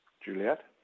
Juliet